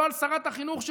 לא על שרת החינוך,